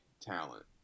talent